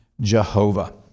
Jehovah